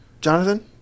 Jonathan